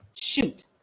shoot